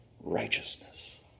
righteousness